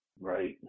Right